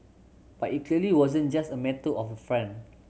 but it clearly wasn't just a matter of font